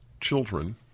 children